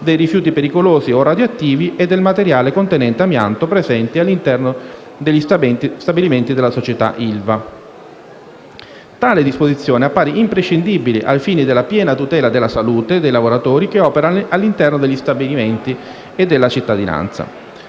dei rifiuti pericolosi o radioattivi e del materiale contenente amianto presenti all'interno degli stabilimenti della società ILVA SpA. Tale disposizione appare imprescindibile ai fini della piena tutela della salute dei lavoratori che operano all'interno degli stabilimenti e della cittadinanza.